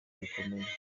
bikomeye